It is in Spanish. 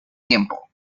tiempo